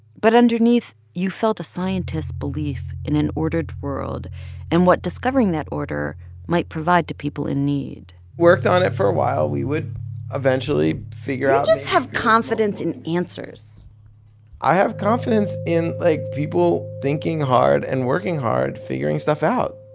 but underneath, you felt a scientist belief in an ordered world and what discovering that order might provide to people in need worked on it for a while. we would eventually figure just have confidence in answers i have confidence in, like, people thinking hard and working hard, figuring stuff out.